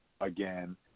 again